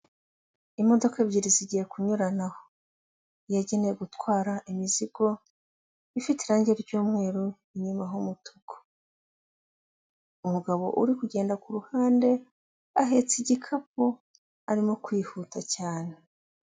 Imodoka ebyiri zigiye kunyuranaho, iyagenewe gutwara imizigo ifite irangi ry'umweru inyuma h'umutuku, umugabo uri kugenda ku ruhande ahetse igikapu arimo kwihuta cyane.